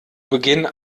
beginn